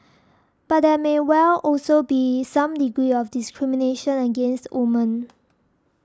but there may well also be some degree of discrimination against women